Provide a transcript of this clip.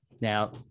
Now